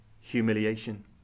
humiliation